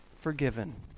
forgiven